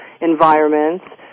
environments